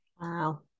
wow